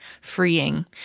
freeing